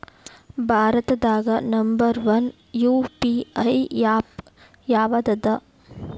ಭಾರತದಾಗ number one UPI app ಯಾವದದ